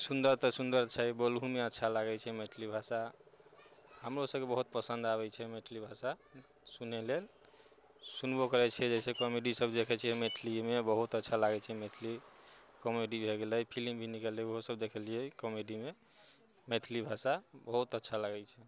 सुन्दर तऽ सुन्दर छै बोलहुमे अच्छा लागै छै मैथिली भाषा हमरो सभके बहुत पसन्द आबै छै मैथिली भाषा सुनै लेल सुनबो करै छियै जैसे कॉमेडी सभ देखै छियै मैथिलीमे बहुत अच्छा लागै छै मैथिली कॉमेडी भए गेलै फिल्म भी निकलले ओहो सभ देखलियै कॉमेडीमे मैथिली भाषा बहुत अच्छा लागै छै